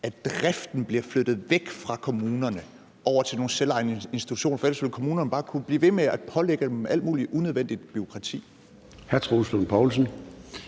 at driften bliver flyttet væk fra kommunerne og over til nogle selvejende institutioner. For ellers vil kommunerne bare kunne blive ved med at pålægge dem alt muligt unødvendigt bureaukrati.